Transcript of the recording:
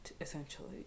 essentially